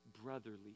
Brotherly